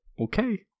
Okay